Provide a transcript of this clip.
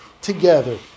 together